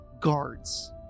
guards